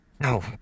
No